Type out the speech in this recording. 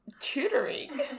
tutoring